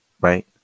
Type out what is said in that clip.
right